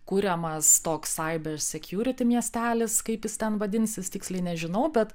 kuriamas toksai cyber security miestelis kaip jis ten vadinsis tiksliai nežinau bet